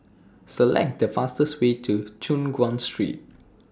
Select The fastest Way to Choon Guan Street